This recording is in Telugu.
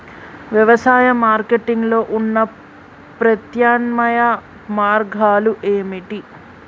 వ్యవసాయ మార్కెటింగ్ లో ఉన్న ప్రత్యామ్నాయ మార్గాలు ఏమిటి?